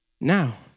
now